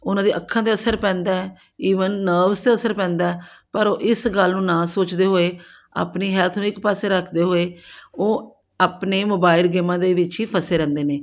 ਉਹਨਾਂ ਦੀਆਂ ਅੱਖਾਂ 'ਤੇ ਅਸਰ ਪੈਂਦਾ ਈਵਨ ਨਵਸ 'ਤੇ ਅਸਰ ਪੈਂਦਾ ਪਰ ਉਹ ਇਸ ਗੱਲ ਨੂੰ ਨਾ ਸੋਚਦੇ ਹੋਏ ਆਪਣੀ ਹੈਲਥ ਨੂੰ ਇੱਕ ਪਾਸੇ ਰੱਖਦੇ ਹੋਏ ਉਹ ਆਪਣੇ ਮੋਬਾਈਲ ਗੇਮਾਂ ਦੇ ਵਿੱਚ ਹੀ ਫਸੇ ਰਹਿੰਦੇ ਨੇ